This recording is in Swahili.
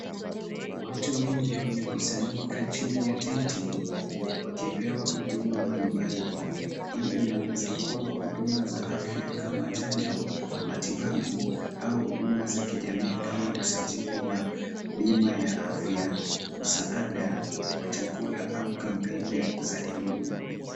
Watu wengi wamekusanyika chini ya tenti wakipewa huduma mbalimbali. Hii inaweza kuwa huduma za afya kama chanjo, matibabu au huduma za kijamii kama usajili wa bima ya afya, msaada wa chakula au kampeni za elimu.